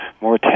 more